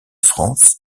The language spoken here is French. france